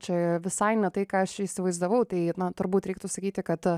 čia visai ne tai ką aš įsivaizdavau tai turbūt reiktų sakyti kad